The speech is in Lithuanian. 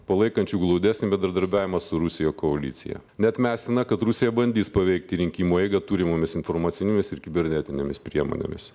palaikančių glaudesnį bendradarbiavimą su rusija koalicija neatmestina kad rusija bandys paveikti rinkimų eigą turimomis informacinėmis ir kibernetinėmis priemonėmis